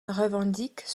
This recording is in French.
revendique